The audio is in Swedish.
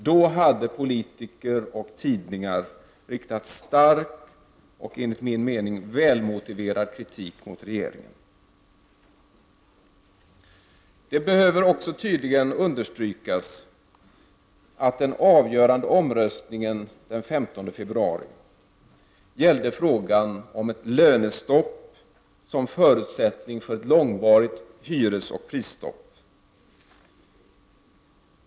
Då hade politiker och tidningar riktat stark och, enligt min mening, väl motiverad kritik mot regeringen. Det behöver också tydligen understrykas att den avgörande omröstningen den 15 februari gällde frågan huruvida ett lönestopp var förutsättning för ett långvarigt hyresoch prisstopp.